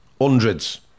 Hundreds